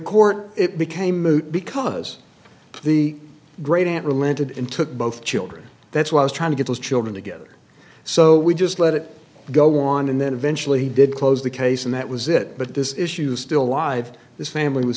court it became moot because the great aunt relented and took both children that's why i was trying to get those children together so we just let it go on and then eventually did close the case and that was it but this issue still lived this family was